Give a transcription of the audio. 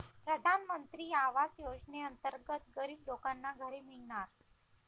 प्रधानमंत्री आवास योजनेअंतर्गत गरीब लोकांना घरे मिळणार